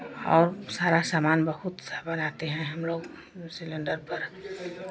और सारा सामान बहुत सा बनाते हैं हमलोग वो सिलेण्डर पर